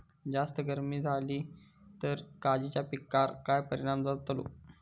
जास्त गर्मी जाली तर काजीच्या पीकार काय परिणाम जतालो?